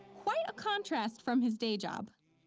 quite a contrast from his day job.